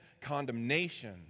condemnation